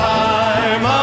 time